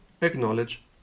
acknowledge